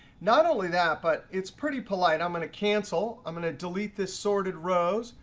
not only that, but it's pretty polite. i'm going to cancel. i'm going to delete this sorted rows,